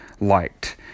liked